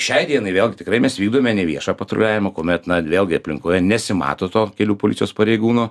šiai dienai vėlgi tikrai mes vykdome neviešą patruliavimą kuomet na vėlgi aplinkoje nesimato to kelių policijos pareigūno